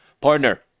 partner